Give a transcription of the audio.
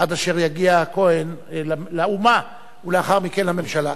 עד אשר יגיע כהן לאומה ולאחר מכן לממשלה.